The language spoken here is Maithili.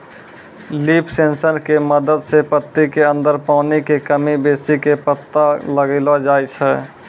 लीफ सेंसर के मदद सॅ पत्ती के अंदर पानी के कमी बेसी के पता लगैलो जाय छै